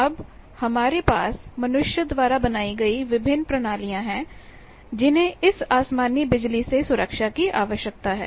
अब हमारे पास मनुष्य द्वारा बनाई गई विभिन्न प्रणालियां हैं जिन्हें इस आसमानी बिजलीसे सुरक्षा की आवश्यकता है